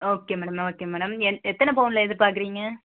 okay madam okay madam என் எத்தனை பவுனில் எதிர்பார்க்குறீங்க